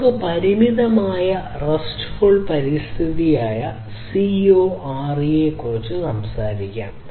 നമുക്ക് പരിമിതമായ RESTful പരിതസ്ഥിതിയായ CoRE നെക്കുറിച്ച് സംസാരിക്കാം